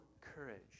courage